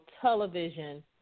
television